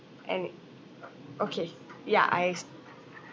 end it okay ya I stopped